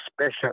special